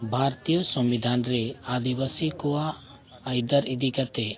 ᱵᱷᱟᱨᱚᱛᱤᱭᱚ ᱥᱚᱝᱵᱤᱫᱷᱟᱱ ᱨᱮ ᱟᱹᱫᱤᱵᱟᱹᱥᱤ ᱠᱚᱣᱟᱜ ᱟ ᱭᱫᱟ ᱨ ᱤᱫᱤ ᱠᱟᱛᱮᱫ